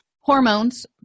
hormones